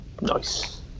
Nice